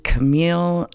Camille